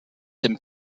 dem